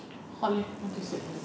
hot leh want to sit on the